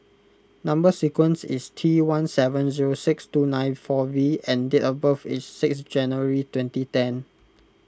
Number Sequence is T one seven zero six two nine four V and date of birth is six January twenty ten